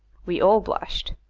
we all blushed.